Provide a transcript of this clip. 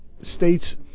states